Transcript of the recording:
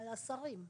על השרים.